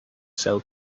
sell